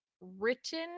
written